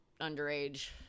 underage